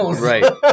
Right